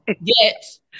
yes